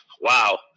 wow